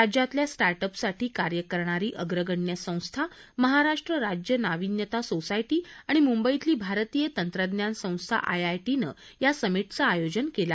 राज्यातल्या स्टार्टअप्ससाठी कार्य करणारी अग्रगण्य संस्था महाराष्ट्र राज्य नाविन्यता सोसायटी आणि मुंबईतली भारतीय तंत्रज्ञान संस्था आयआयटीनं या समिटचं आयोजन केलं आहे